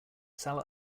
sell